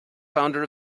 founder